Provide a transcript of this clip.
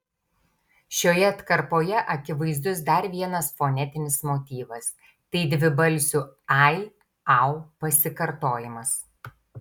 šioje atkarpoje akivaizdus dar vienas fonetinis motyvas tai dvibalsių ai au pasikartojimas